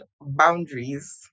boundaries